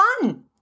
fun